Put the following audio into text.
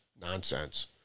nonsense